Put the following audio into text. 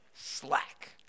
slack